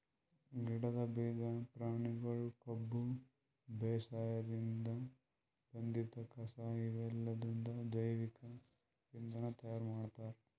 ಗಿಡದ್ ಬೀಜಾ ಪ್ರಾಣಿಗೊಳ್ ಕೊಬ್ಬ ಬೇಸಾಯದಿನ್ದ್ ಬಂದಿದ್ ಕಸಾ ಇವೆಲ್ಲದ್ರಿಂದ್ ಜೈವಿಕ್ ಇಂಧನ್ ತಯಾರ್ ಮಾಡ್ತಾರ್